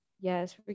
Yes